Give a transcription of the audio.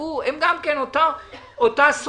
פקעו הם גם כן אותה סוגיה.